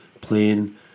playing